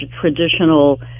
traditional